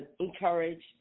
encourage